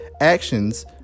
actions